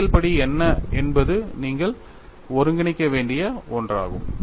கருத்தியல் படி என்பது நீங்கள் ஒருங்கிணைக்க வேண்டிய ஒன்றாகும்